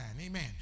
amen